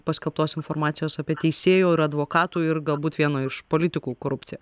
paskelbtos informacijos apie teisėjų ir advokatų ir galbūt vieno iš politikų korupciją